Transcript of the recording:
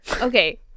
okay